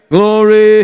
Glory